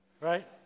Right